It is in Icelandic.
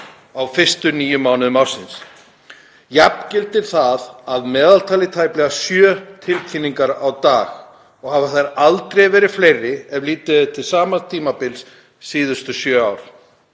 á fyrstu níu mánuðum ársins. Jafngildir það að meðaltali tæplega sjö tilkynningum á dag og hafa þær aldrei verið fleiri ef litið er til sama tímabils síðustu sjö ár.